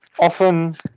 often